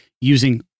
using